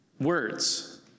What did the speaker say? Words